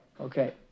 Okay